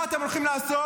מה אתם הולכים לעשות?